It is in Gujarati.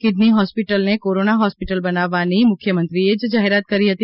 કિડની હોસ્પિટલને કોરોના હોસ્પિટલ બનાવવાની મુખ્યમંત્રીએ જ જાહેરાત કરી હતી